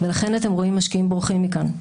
ולכן אתם רואים משקיעים בורחים מכאן.